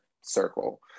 circle